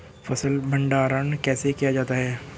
फ़सल भंडारण कैसे किया जाता है?